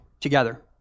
together